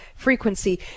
Frequency